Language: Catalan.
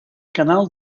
canal